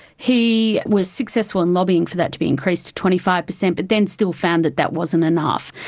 he was successful in lobbying for that to be increased to twenty five percent, but then still found that that wasn't enough.